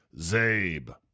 Zabe